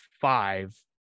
five